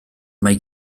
mae